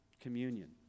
communion